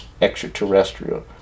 extraterrestrial